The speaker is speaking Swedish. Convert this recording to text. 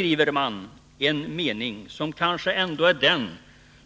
I svaret finns en mening som kanske ändå är den